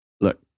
look